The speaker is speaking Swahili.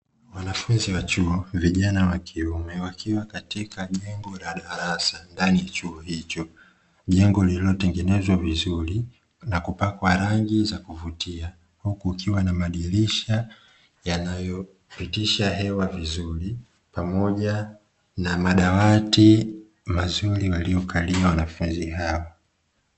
Wanafunzi wa chuo, vijana wa kiume wakiwa katika jengo la darasa ndani ya chuo hicho. Jengo lililo tengenezwa vizuri na kupakwa rangi za kuvutia huku kukiwa na madirisha yanayo pitisha hewa vizuri pamoja na madawati mazuri walio kalia na wanafunzi hao.